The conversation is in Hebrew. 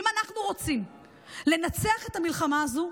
אם אנחנו רוצים לנצח את המלחמה הזו,